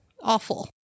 Awful